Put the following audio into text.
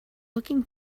looking